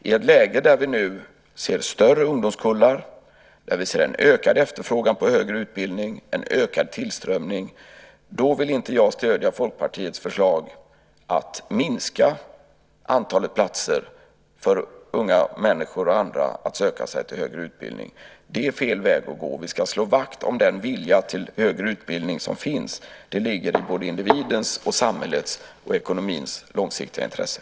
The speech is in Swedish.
I ett läge där vi nu ser större ungdomskullar och en ökad efterfrågan på högre utbildning, en ökad tillströmning, vill inte jag stödja Folkpartiets förslag att minska antalet platser till högre utbildning för unga människor och andra. Det är fel väg att gå. Vi ska slå vakt om den vilja till högre utbildning som finns. Det ligger i såväl individens som samhällets och ekonomins långsiktiga intresse.